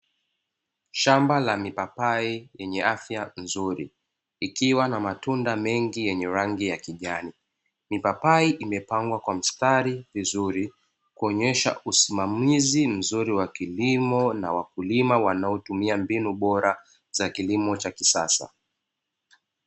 Shamba la mipapai lenye afya nzuri likiwa na matunda mengi yenye rangi ya kijani, mipapai imepangwa kwa mstari vizuri kuonyesha usimamizi mzuri wa kilimo na wakulima wanaotumia mbinu bora za kilimo cha kisasa.